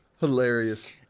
hilarious